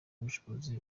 ubushobozi